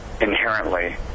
inherently